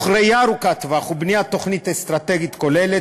בראייה ארוכת טווח ובבניית תוכנית אסטרטגית כוללת,